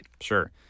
Sure